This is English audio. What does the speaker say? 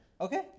Okay